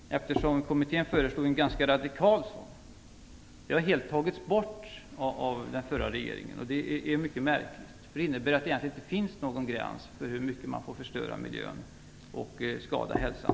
Kommittén föreslog en ganska radikal sådan. Det har helt tagits bort av den förra regeringen. Det är mycket märkligt, för det innebär att det egentligen inte finns någon gräns för hur mycket man får förstöra miljön och skada hälsan.